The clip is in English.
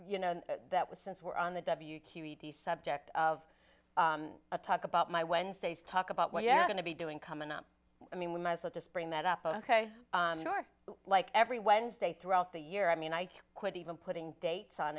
you know that was since we're on the w q e d subject of a talk about my wednesdays talk about what you're going to be doing coming up i mean we might as well just bring that up ok or like every wednesday throughout the year i mean i quit even putting dates on